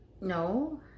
No